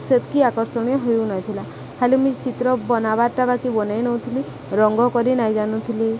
ସେତ୍କି ଆକର୍ଷଣୀୟ ହେଉନଥିଲା ଖାଲି ମୁଁ ଚିତ୍ର ବନାବାରଟା ବାକି ବନେଇ ନଉଥିଲି ରଙ୍ଗ କରି ନାଇ ଜାନୁଥିଲି